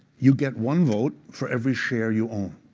you get one vote for every share you own.